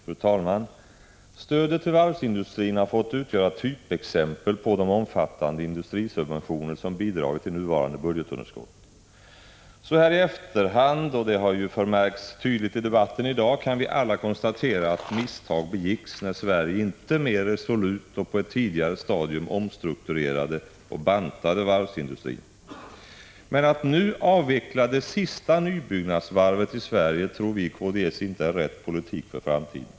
Fru talman! Stödet till varvsindustrin har fått utgöra ett typexempel på de omfattande industrisubventioner som bidragit till nuvarande budgetunderskott. Så här i efterhand — det har märkts tydligt i debatten i dag — kan vi alla konstatera att misstag begicks när Sverige inte mer resolut och på ett tidigare stadium omstrukturerade och bantade varvsindustrin. Men att nu avveckla det sista nybyggnadsvarvet i Sverige tror vi i KDS inte är rätt politik för framtiden.